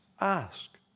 ask